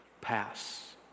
pass